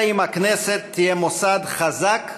אם כן תהיה הכנסת מוסד חזק ועצמאי,